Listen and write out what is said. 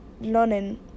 learning